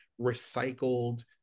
recycled